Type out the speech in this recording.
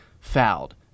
fouled